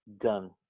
done